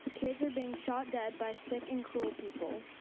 kids are being shot dead by sick and cruel people.